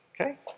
okay